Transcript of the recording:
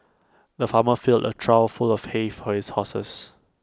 the farmer filled A trough full of hay for his horses